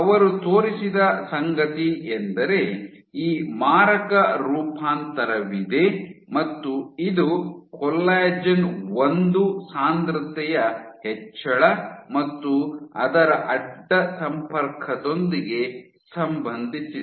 ಅವರು ತೋರಿಸಿದ ಸಂಗತಿಯೆಂದರೆ ಈ ಮಾರಕ ರೂಪಾಂತರವಿದೆ ಮತ್ತು ಇದು ಕೊಲ್ಲಾಜೆನ್ ಒಂದು ಸಾಂದ್ರತೆಯ ಹೆಚ್ಚಳ ಮತ್ತು ಅದರ ಅಡ್ಡ ಸಂಪರ್ಕದೊಂದಿಗೆ ಸಂಬಂಧಿಸಿದೆ